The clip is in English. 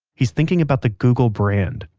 he's thinking about the google brand,